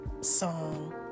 song